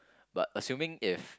but assuming if